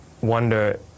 wonder